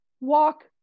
walk